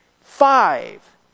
five